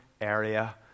area